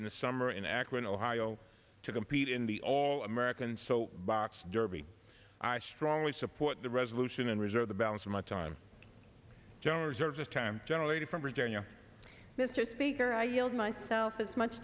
in the summer in akron ohio to compete in the all american so box derby i strongly support the resolution and reserve the balance of my time jones or just generally from virginia mr speaker i yield myself as much